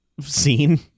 scene